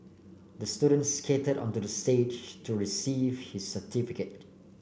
the student skated onto the stage to receive his certificate